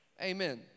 Amen